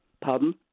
Pardon